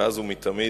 מאז ומתמיד,